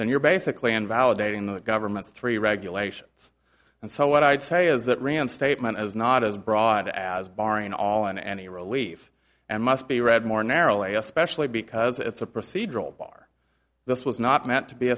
then you're basically invalidating the government's three regulations and so what i'd say is that reinstatement as not as broad as bahrain all in any relief and must be read more narrowly especially because it's a procedural bar this was not meant to be